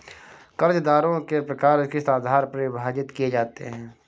कर्जदारों के प्रकार किस आधार पर विभाजित किए जाते हैं?